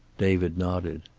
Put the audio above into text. david nodded.